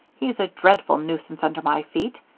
he's a dreadful nuisance under my feet.